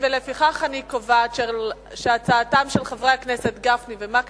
ההצעה להעביר את הצעת חוק ביטוח בריאות ממלכתי (תיקון,